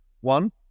One